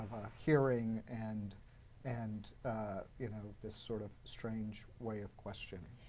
hearing, and and you know, the sort of strange way of question.